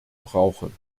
brauchen